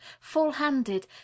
full-handed